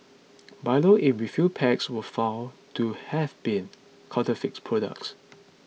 Milo in refill packs were found to have been counterfeit products